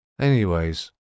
Anyways